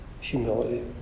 humility